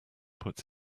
puts